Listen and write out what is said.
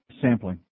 sampling